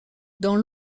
dans